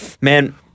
Man